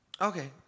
Okay